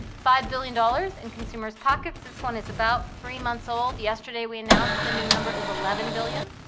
five billion dollars in consumers' pockets. this one is about three months' old. yesterday, we announced the new number is eleven billion.